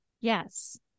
Yes